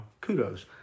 kudos